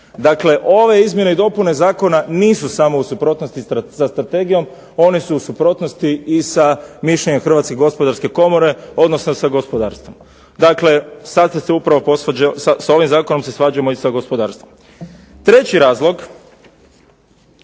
Dakle ove izmjene i dopune zakona nisu samo u suprotnosti sa strategijom, one su u suprotnosti i sa mišljenjem Hrvatske gospodarske komore, odnosno sa gospodarstvom. Dakle sa ovim zakonom se svađamo i sa gospodarstvom. Treći razlog